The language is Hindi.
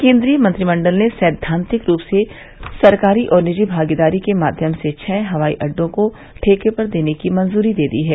केन्द्रीय मंत्रिमंडल ने सैद्वांतिक रूप से सरकारी और निजी भागीदारी के माध्यम से छह हवाई अड्डाें को ठेके पर देने को मंजूरी दे दी है